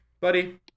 buddy